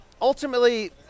ultimately –